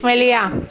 יש מליאה.